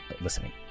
listening